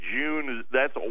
June—that's